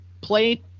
play